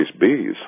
bees